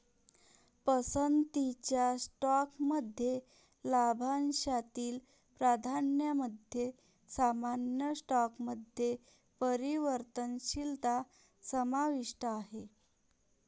पसंतीच्या स्टॉकमध्ये लाभांशातील प्राधान्यामध्ये सामान्य स्टॉकमध्ये परिवर्तनशीलता समाविष्ट आहे